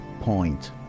point